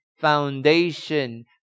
foundation